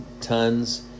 tons